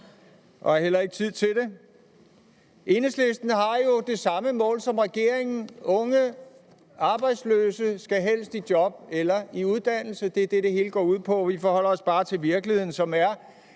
Enhedslisten har jo det samme mål som regeringen: Unge arbejdsløse skal helst i job eller i uddannelse. Det er det, det hele går ud på. Vi forholder os bare til virkeligheden, som er,